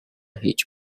хийж